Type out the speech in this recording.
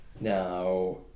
Now